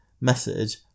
message